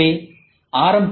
எனவே ஆர்